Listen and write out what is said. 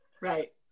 right